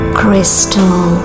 crystal